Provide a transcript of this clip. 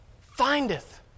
findeth